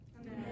Amen